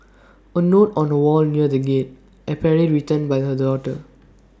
A note on A wall near the gate apparently written by the daughter